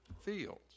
fields